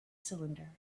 cylinder